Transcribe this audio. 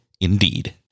Indeed